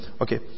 Okay